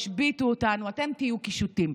השביתו אותנו: אתם תהיו קישוטים.